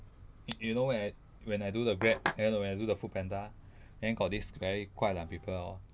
you you know when when I do the grab eh no when I do the foodpanda then got this very guai lan people orh